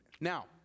Now